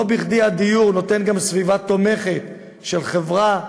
לא בכדי הדיור נותן גם סביבה תומכת של חברה,